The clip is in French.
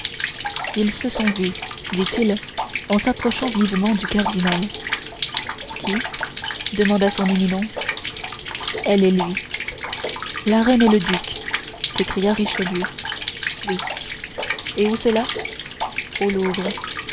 ils se sont vus dit-il en s'approchant vivement du cardinal qui demanda son éminence elle et lui la reine et le duc s'écria richelieu oui et où cela au louvre